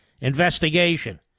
investigation